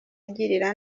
agirirwa